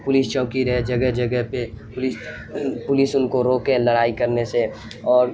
police چوکی رہے جگہ جگہ پہ پولیس پولیس ان کو روکے لڑائی کرنے سے اور